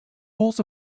rules